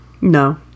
No